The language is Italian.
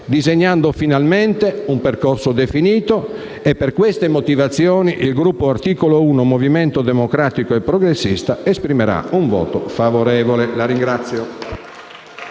disegnando finalmente un percorso definito. E per queste motivazioni il Gruppo Articolo 1 - Movimento democratico e progressista esprimerà un voto favorevole. *(Applausi